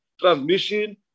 transmission